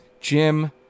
Jim